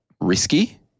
risky